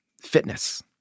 fitness